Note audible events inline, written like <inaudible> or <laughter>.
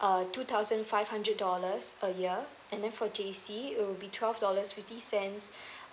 uh two thousand five hundred dollars a year and then for J_C it will be twelve dollars fifty cents <breath>